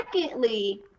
secondly